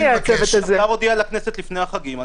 השר הודיע לכנסת לפני החגים.